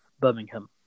Birmingham